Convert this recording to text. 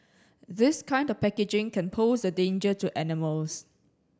this kind of packaging can pose a danger to animals